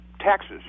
taxes